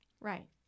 Right